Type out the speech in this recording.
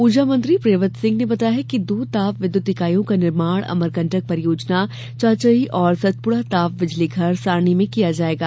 ऊर्जा मंत्री प्रियव्रत सिंह ने बताया कि दो ताप विद्युत इकाईयों का निर्माण अमरकंटक परियोजना चचाई और सतपुड़ा ताप बिजलीघर सारणी में किया जायेगा